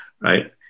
Right